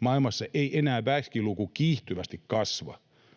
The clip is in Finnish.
Maailmassa ei enää väkiluku kiihtyvästi kasva.